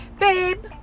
babe